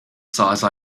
size